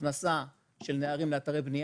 הכנסה של נערים לאתרי בנייה.